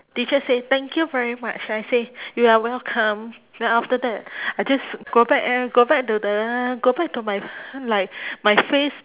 teacher say thank you very much I say you are welcome then after that I just go back eh go back to the uh go back to my like my face